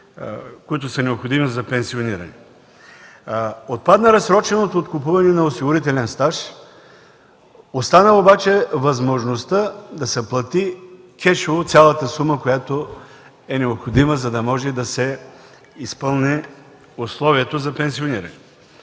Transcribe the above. необходими за пенсиониране. Отпадна разсроченото откупуване на осигурителен стаж, остана обаче възможността да се плати кешово цялата сума, която е необходима, за да може да се изпълни условието за пенсиониране.